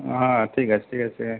আ হ্যাঁ ঠিক আছে ঠিক আছে